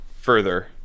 further